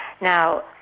Now